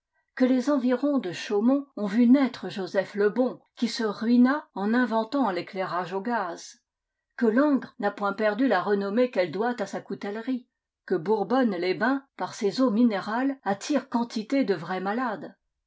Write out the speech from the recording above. que les environs de chaumont ont vu naître joseph lebon qui se ruina en inventant l'éclairage au gaz que langres n'a point perdu la renommée qu'elle doit à sa coutellerie que bourbonne les bains par ses eaux minérales attire quantité de vrais malades